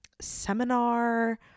seminar